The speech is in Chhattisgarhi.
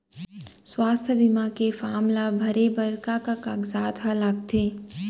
स्वास्थ्य बीमा के फॉर्म ल भरे बर का का कागजात ह लगथे?